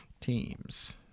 Teams